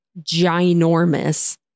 ginormous